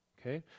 Okay